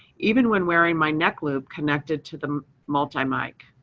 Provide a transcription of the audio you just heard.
even when wearing my neck loop connected to the multi mic.